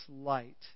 light